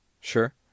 Sure